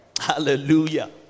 Hallelujah